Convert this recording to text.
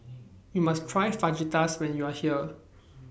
YOU must Try Fajitas when YOU Are here